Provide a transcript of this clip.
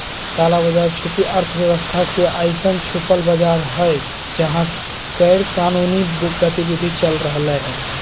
काला बाज़ार छुपी अर्थव्यवस्था के अइसन छुपल बाज़ार हइ जहा गैरकानूनी गतिविधि चल रहलय